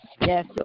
Yes